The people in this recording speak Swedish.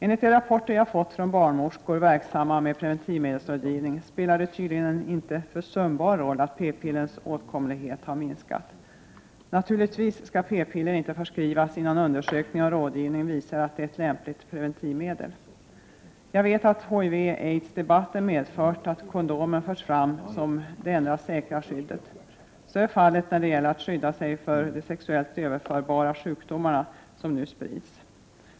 Enligt de rapporter jag fått från barnmorskor som är verksamma med preventivmedelsrådgivning spelar det tydligen en inte försumbar roll att p-pillrens åtkomlighet har minskat. Naturligtvis skall p-piller inte förskrivas innan undersökning och rådgivning visar att det är ett lämpligt preventivmedel. Jag vet att HIV-aids-debatten medfört att kondomen förts fram som det enda säkra skyddet. Så är fallet när det gäller att skydda sig mot de sexuellt överförbara sjukdomarna, som nu sprids.